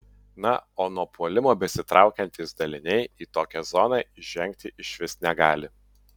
na o nuo puolimo besitraukiantys daliniai į tokią zoną įžengti išvis negali